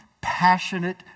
passionate